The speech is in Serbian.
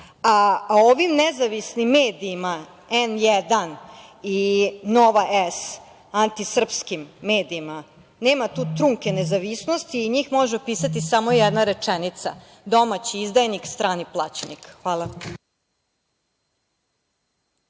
nezavisnim medijima, „N1“ i „Nova S“, antisrpskim medijima, nema tu trunke nezavisnosti i njih može opisati samo jedna rečenica – domaći izdajnik, strani plaćenik. Hvala.